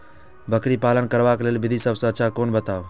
बकरी पालन करबाक लेल विधि सबसँ अच्छा कोन बताउ?